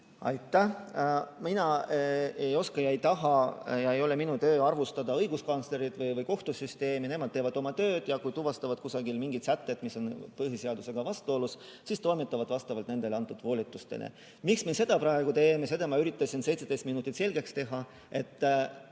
Aitäh! Mina ei oska ega taha – see ei olegi minu töö – arvustada õiguskantslerit või kohtusüsteemi. Nemad teevad oma tööd ja kui nad tuvastavad kusagil mingid sätted, mis on põhiseadusega vastuolus, siis toimetavad vastavalt nendele antud volitustele. Miks me seda praegu teeme, seda ma üritasin 17 minutit selgeks teha: et